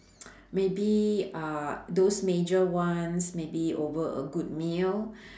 maybe uh those major ones maybe over a good meal